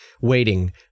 waiting